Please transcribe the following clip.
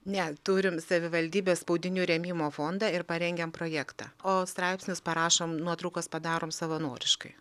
ne turim savivaldybės spaudinių rėmimo fondą ir parengėm projektą o straipsnius parašom nuotraukas padarom savanoriškai